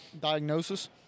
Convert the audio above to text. Diagnosis